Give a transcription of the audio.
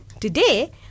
Today